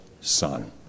son